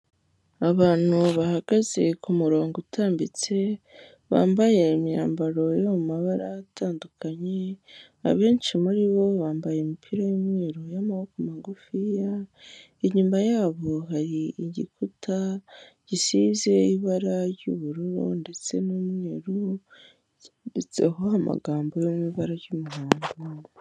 Abantu bahagaze kumurongo utambitse, bambaye imyambaro yo mabara atandukanye, abenshi muri bo bambaye imipira y'umweru y'amaboko magufiya, inyuma yabo hari igikuta gisize ibara ry'ubururu ndetse n'umweru, cyanditseho amagambo yo mu ibara ry'umuhondo.